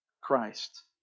Christ